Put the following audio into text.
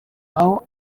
aho